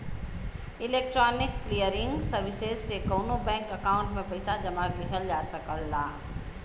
electronic clearing services में कउनो bank account में पइसा जमा किहल जा सकला